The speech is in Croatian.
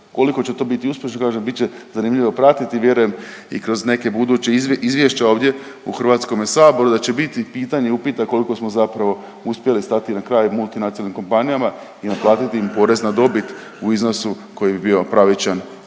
Koliko će to biti uspješno kažem bit će zanimljivo pratiti vjerujem i kroz neke buduća izvješća ovdje u Hrvatskom saboru da će biti pitanja i upita koliko smo zapravo uspjeli stati na kraj multinacionalnim kompanijama i naplatiti im porez na dobit u iznosu koji bi bio pravičan